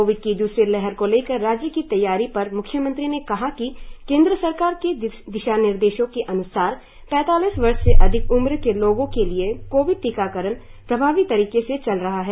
Covid की दूसरी लहर को लेकर राज्य की तैयारियों पर म्ख्यमंत्री ने कहा कि केंद्र सरकार के दिशानिर्देशों के अन्सार पैतालीस वर्ष से अधिक उम्र के लोगों के लिए कोविड टीकाकरण प्रभावी तरीके से चल रहा है